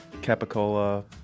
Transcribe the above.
capicola